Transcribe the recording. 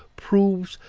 proves,